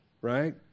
right